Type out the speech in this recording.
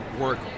work